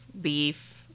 beef